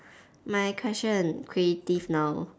my question creative now